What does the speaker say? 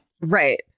Right